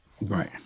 Right